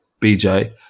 BJ